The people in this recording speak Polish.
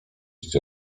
idzie